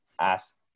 ask